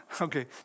Okay